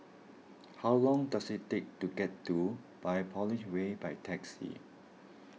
how long does it take to get to Biopolis Way by taxi